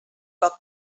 poc